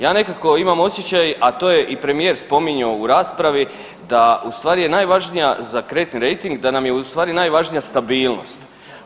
Ja nekako imam osjećaj, a to je i premijer spominjao u raspravi da u stvari je najvažnija za kreditni rejting da nam je u stvari najvažnija stabilnost.